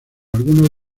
algunos